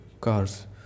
cars